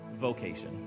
vocation